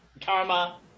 karma